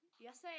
Yes